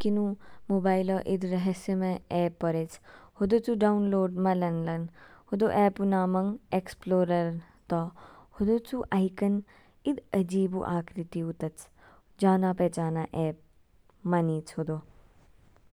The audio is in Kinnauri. किनु मोबाईलो ईद रहस्यमय ऐप पोरेच, होदो चू डाउनलोड मा लानलान, होदो ऐपु नामोंग ऐक्सप्रोरल तौ। होदोचु आईकन इद अजिबु आकृति ऊ तच, जाना पहचाना एप मानिच होदो।